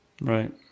Right